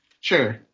Sure